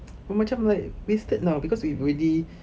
but macam like wasted lah because we've already